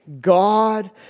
God